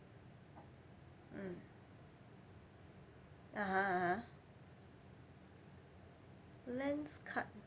mm (uh huh) (uh huh) Lenskart